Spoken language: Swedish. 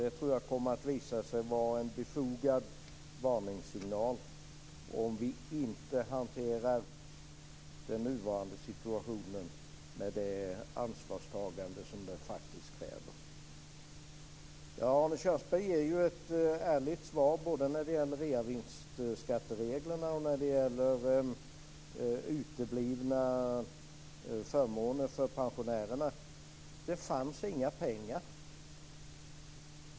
Det tror jag kommer att visa sig vara en befogad varningssignal, om vi inte hanterar den nuvarande situation med det ansvarstagande som den faktiskt kräver. Arne Kjörnsberg gav ett ärligt när det gällde både reavinstskattereglerna och uteblivna förmåner för pensionärerna. Det fanns inga pengar.